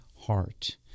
heart